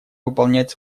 выполнять